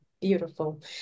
Beautiful